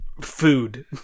food